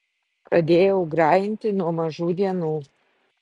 pradėjau grajinti nuo mažų dienų